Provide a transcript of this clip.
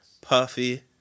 Puffy